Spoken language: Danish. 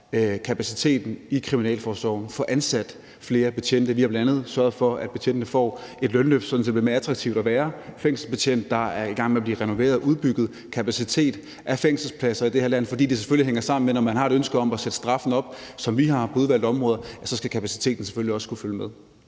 kapaciteten i kriminalforsorgen og få ansat flere betjente. Vi har bl.a. sørget for, at betjentene får et lønløft, sådan at det bliver mere attraktivt at være fængselsbetjent, og der er ved at blive renoveret og udbygget kapacitet i forhold til fængselspladser i det her land, fordi det selvfølgelig hænger sammen; når man har et ønske om at sætte straffen op, som vi har på udvalgte områder, skal kapaciteten selvfølgelig også kunne følge med.